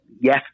yes